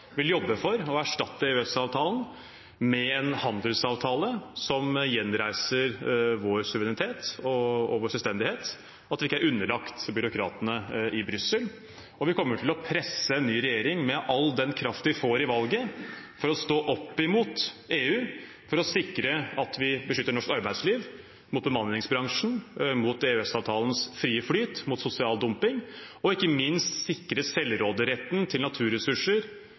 vil jobbe for å erstatte EØS-avtalen med en handelsavtale som gjenreiser vår suverenitet og vår selvstendighet, og at vi ikke er underlagt byråkratene i Brussel. Vi kommer til å presse en ny regjering med all den kraft vi får i valget, for å stå opp mot EU, for å sikre at vi beskytter norsk arbeidsliv mot bemanningsbransjen, mot EØS-avtalens frie flyt, mot sosial dumping og ikke minst sikre selvråderetten til naturressurser